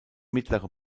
mittlere